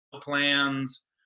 plans